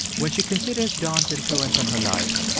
when she considers don's influence on her life,